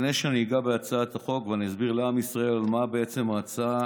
לפני שאני אגע בהצעת החוק ואני אסביר לעם ישראל על מה בעצם ההצעה,